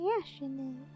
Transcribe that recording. Passionate